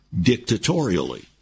dictatorially